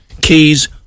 keys